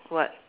what